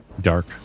dark